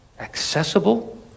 accessible